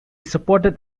supported